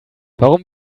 warum